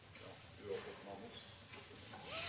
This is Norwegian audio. da det går